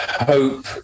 hope